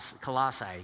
Colossae